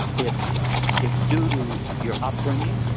it's it's due to your upbringing,